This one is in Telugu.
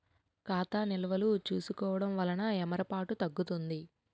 ఖాతా నిల్వలు చూసుకోవడం వలన ఏమరపాటు తగ్గుతుంది